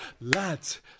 Lads